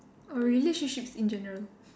or relationships in general